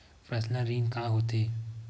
Personal ऋण का होथे?